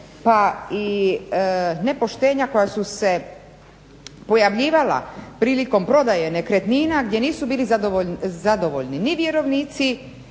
pa i nepoštenja koja su se pojavljivala prilikom prodaje nekretnina gdje nisu bili zadovoljni ni vjerovnici,